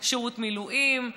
שירות מילואים,